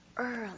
early